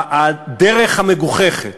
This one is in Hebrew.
הדרך המגוחכת